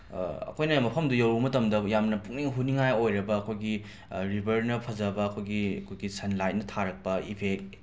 ꯑꯩꯈꯣꯏꯅ ꯃꯐꯝꯗꯨ ꯌꯧꯔꯨ ꯃꯇꯝꯗ ꯌꯥꯝꯅ ꯄꯨꯛꯅꯤꯡ ꯍꯨꯅꯤꯉꯥꯏ ꯑꯣꯏꯔꯕ ꯑꯩꯈꯣꯏꯒꯤ ꯔꯤꯚꯔꯅ ꯐꯖꯕ ꯑꯩꯈꯣꯏꯒꯤ ꯑꯩꯈꯣꯏꯒꯤ ꯁꯟꯂꯥꯏꯠꯅ ꯊꯥꯔꯛꯄ ꯏꯐꯦꯛ